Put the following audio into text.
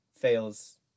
fails